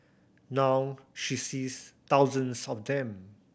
now she sees thousands of them